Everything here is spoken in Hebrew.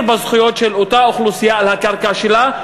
בזכויות של אותה אוכלוסייה על הקרקע שלה,